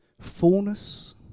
fullness